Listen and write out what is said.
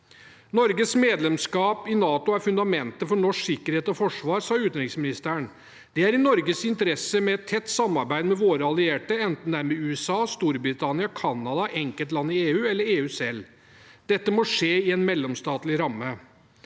«Norges medlemskap i NATO er fundamentet for norsk sikkerhet og forsvar», sa utenriksministeren. Det er i Norges interesse med et tett samarbeid med våre allierte, enten det er med USA, Storbritannia, Canada, enkeltland i EU eller EU selv. Dette må skje i en mellomstatlig ramme.